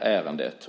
ärendet.